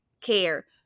care